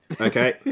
Okay